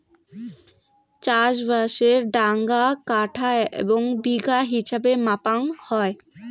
চাষবাসের ডাঙা কাঠা এবং বিঘা হিছাবে মাপাং হই